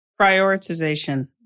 Prioritization